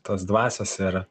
tos dvasios ir